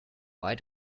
why